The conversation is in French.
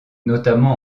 notamment